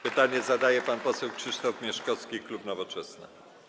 Pytanie zadaje pan poseł Krzysztof Mieszkowski, klub Nowoczesna.